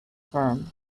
firm